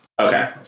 Okay